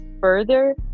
further